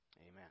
Amen